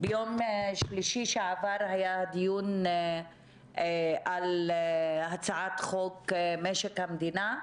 ביום שלישי שעבר היה דיון על הצעת חוק משק המדינה,